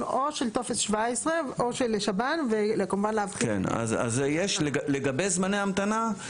או של טופס 17 או של שב"ן וכמובן להבחין --- לגבי זמני המתנה,